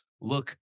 look